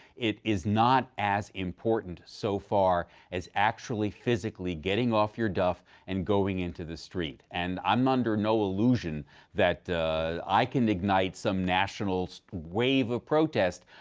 it is not as important so far as actually physically getting off your duff and going into the street. and i'm under no illusion that i can ignite some national wave of protest.